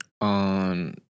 on